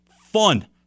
fun